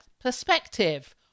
perspective